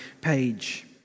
page